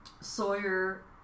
Sawyer